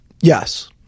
yes